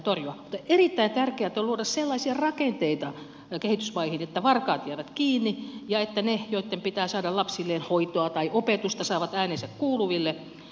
mutta erittäin tärkeätä on luoda sellaisia rakenteita kehitysmaihin että varkaat jäävät kiinni ja että ne joitten pitää saada lapsilleen hoitoa tai opetusta saavat äänensä kuuluville